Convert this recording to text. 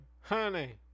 honey